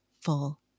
full